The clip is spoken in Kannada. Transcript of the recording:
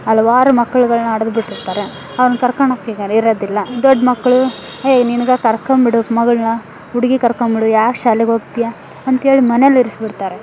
ಹಲವಾರು ಮಕ್ಕಳುಗಳ್ನ ಹಡದ್ ಬಿಟ್ಟಿರ್ತಾರೆ ಅವ್ರ್ನ ಕರ್ಕೊಳೊಕ್ಕೆ ಇರೋದಿಲ್ಲ ದೊಡ್ಡ ಮಕ್ಕಳು ಹೇಯ್ ನಿನಗೆ ಕರ್ಕೊಂಬಿಡು ಮಗಳನ್ನ ಹುಡುಗಿ ಕರ್ಕೊಂಬಿಡು ಯಾ ಶಾಲೆಗೆ ಹೋಗ್ತೀಯ ಅಂತೇಳಿ ಮನೆಲಿ ಇರಿಸಿಬಿಡ್ತಾರೆ